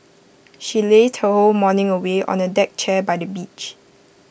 she lazed her whole morning away on A deck chair by the beach